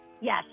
Yes